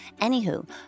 Anywho